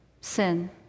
Sin